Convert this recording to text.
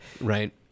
Right